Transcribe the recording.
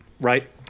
right